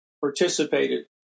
participated